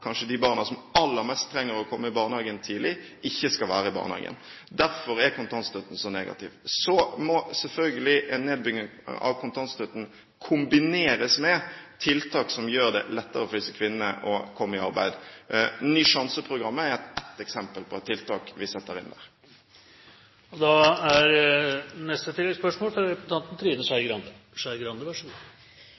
kanskje de barna som aller mest trenger å komme i barnehagen tidlig, ikke skal være i barnehagen. Derfor er kontantstøtten så negativ. Så må selvfølgelig en nedbygging av kontantstøtten kombineres med tiltak som gjør det lettere for disse kvinnene å komme i arbeid. Ny sjanse-programmet er ett eksempel på tiltak vi setter inn